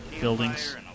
buildings